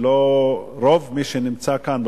שרוב מי שנמצא כאן,